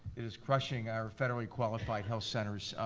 it is crushing our federally-qualified health centers,